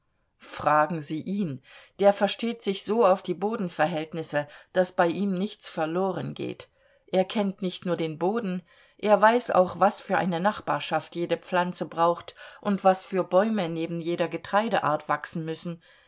fragen sie ihn der versteht sich so auf die bodenverhältnisse daß bei ihm nichts verloren geht er kennt nicht nur den boden er weiß auch was für eine nachbarschaft jede pflanze braucht und was für bäume neben jeder getreideart wachsen müssen